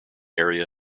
area